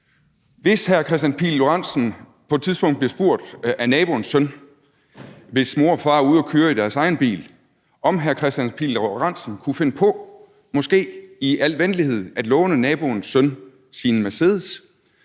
Hvis hr. Kristian Pihl Lorentzen på et tidspunkt bliver spurgt af naboens søn, hvis mor og far er ude at køre i deres egen bil, om hr. Kristian Pihl Lorentzen kunne finde på måske i al venlighed at låne denne søn sin Mercedes,